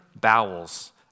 Bowels